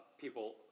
people